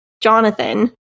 Jonathan